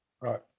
right